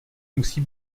musí